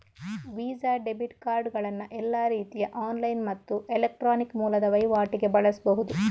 visa debit ಕಾರ್ಡುಗಳನ್ನ ಎಲ್ಲಾ ರೀತಿಯ ಆನ್ಲೈನ್ ಮತ್ತು ಎಲೆಕ್ಟ್ರಾನಿಕ್ ಮೂಲದ ವೈವಾಟಿಗೆ ಬಳಸ್ಬಹುದು